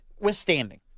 withstanding